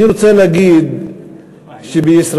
אני רוצה להגיד שבישראל,